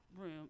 room